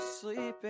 sleeping